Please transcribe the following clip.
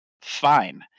fine